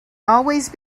always